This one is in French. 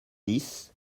dix